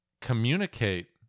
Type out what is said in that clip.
communicate